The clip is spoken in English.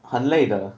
很累的